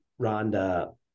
Rhonda